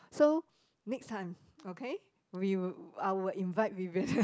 so next time okay we will I will invite Vivian